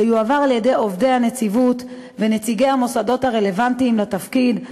שיועבר על-ידי עובדי הנציבות ונציגי המוסדות הרלוונטיים לתפקיד,